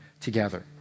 together